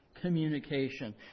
communication